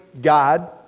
God